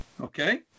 Okay